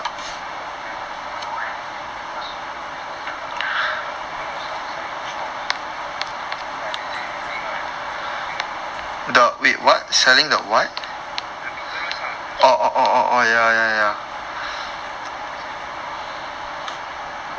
ya cause my first business is the uncle the minerals ah selling the shoe box I can send you the link you can take a look I send you now the minerals ah the stones the rocks mm I send you now